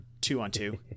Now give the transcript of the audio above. two-on-two